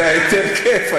היה יותר כיף,